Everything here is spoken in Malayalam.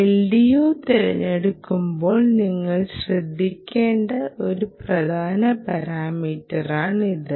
LDO തിരഞ്ഞെടുക്കുമ്പോൾ നിങ്ങൾ ശ്രദ്ധിക്കേണ്ട ഒരു പ്രധാന പാരാമീറ്ററാണിത്